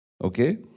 Okay